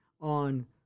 on